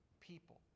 people